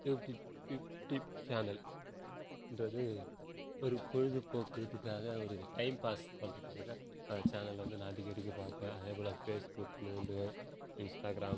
YouTube YouTube சேனல்ன்றது ஒரு பொழுதுபோக்காக ஒரு டைம் பாஸ் பண்ணுறதுக்காக சேனல் வந்து நான் அடிக்கடிக்கு பார்ப்பேன் அதேபோல் ஃபேஸ்புக் நோண்டுவேன் இன்ஸ்டாக்ராம்